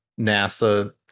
NASA